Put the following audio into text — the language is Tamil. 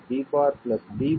a' b'